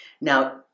Now